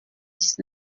dix